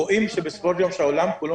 רואים שבסופו של דבר כאשר העולם כולו